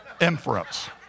inference